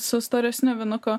su storesniu vinuku